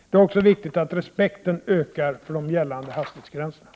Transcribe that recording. Det är också viktigt att respekten ökar för de gällande hastighetsgränserna.